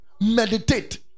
meditate